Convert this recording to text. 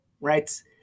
right